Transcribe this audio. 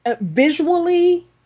visually